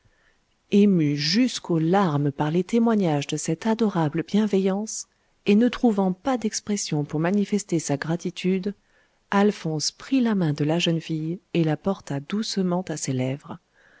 ému jusqu'aux larmes par les témoignages de cette adorable bienveillance et ne trouvant pas d'expression pour manifester sa gratitude alphonse prit la main de la jeune fille et la porta doucement à ses lèvres